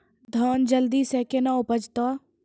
धान जल्दी से के ना उपज तो?